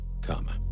comma